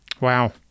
Wow